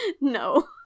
No